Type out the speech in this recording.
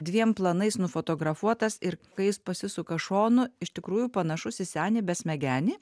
dviem planais nufotografuotas ir kai jis pasisuka šonu iš tikrųjų panašus į senį besmegenį